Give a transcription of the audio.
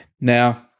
Now